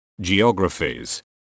geographies